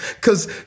cause